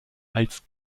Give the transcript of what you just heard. als